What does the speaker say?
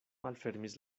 malfermis